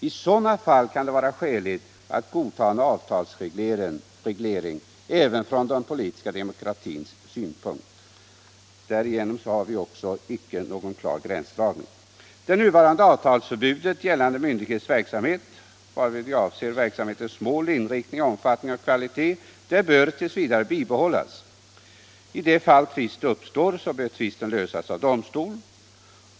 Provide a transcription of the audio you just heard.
I sådana fall kan det vara skäligt att godtaga , en avtalsreglering även från den politiska demokratins synpunkt.” Där igenom har vi icke någon klar gränsdragning. Det nuvarande avtalsförbudet gällande myndighets verksamhet — varmed vi avser verksamhetens mål, inriktning, omfattning och kvalitet — bör t. v. bibehållas. I det fall tvist uppstår bör tvisten lösas av domstol.